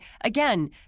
again